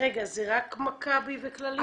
זה רק מכבי וכללית?